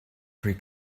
free